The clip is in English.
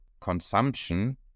consumption